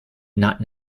not